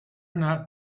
not